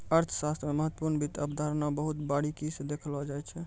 अर्थशास्त्र मे महत्वपूर्ण वित्त अवधारणा बहुत बारीकी स देखलो जाय छै